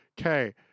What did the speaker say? Okay